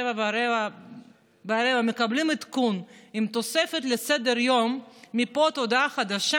19:15 מקבלים עדכון עם תוספת לסדר-היום מפה ועד הודעה חדשה.